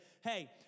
hey